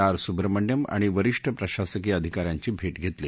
R Subrahmanyam आणि वरीष्ठ प्रशासकिय अधिकाऱ्यांची भेट घेतली